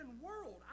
world